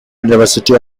university